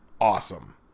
awesome